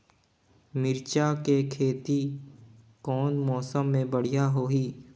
मिरचा के खेती कौन मौसम मे बढ़िया होही?